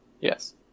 Yes